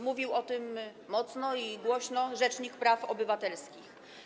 Mówił o tym mocno i głośno rzecznik praw obywatelskich.